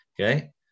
okay